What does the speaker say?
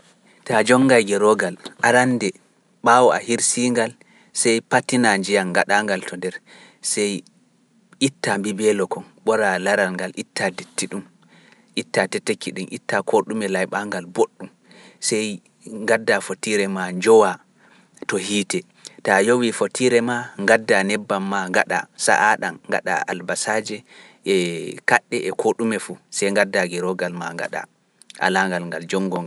Taa jonngai geroogal arande ɓaawo a hirsiingal sey pattina njiyam ngaɗa ngal to nder sey itta mbibeelo kon ɓora laral ngal itta ɗitte ɗum itta tetekki ɗin, itta ko ɗume layɓa ngal boɗɗum sey ngadda fotiire ma njowa to hiite ta yowi fotiire ma gadda nebbam ma gaɗa sa'a ɗam gaɗa albasaaji e kaɗɗe e koɗume fu sai gadda giroogal ma gaɗa alaangal ngal jongo nga.